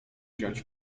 wziąć